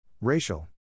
Racial